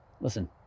Listen